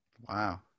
Wow